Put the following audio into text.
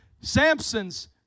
Samson's